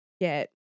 get